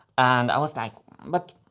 and i was like but.